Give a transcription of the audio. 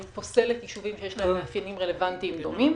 היא פוסלת יישובים שיש להם מאפיינים רלוונטיים דומים.